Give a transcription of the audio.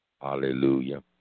Hallelujah